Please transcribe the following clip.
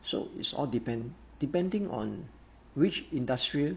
so it's all depend depending on which industry